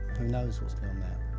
who knows what's down there?